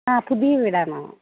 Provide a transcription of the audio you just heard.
ആ പുതിയ വീടാണോ